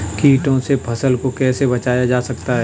कीटों से फसल को कैसे बचाया जा सकता है?